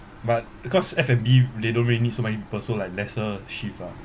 but because F_N_B they don't really need so many people so like lesser shift lah